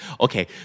Okay